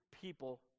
people